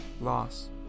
Loss